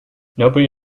nobody